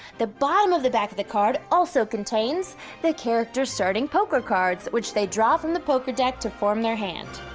the bottom of the back of the card also contains the character's starting poker cards, which they draw from the poker deck to form their hand.